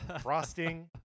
frosting